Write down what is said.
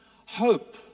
Hope